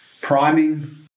priming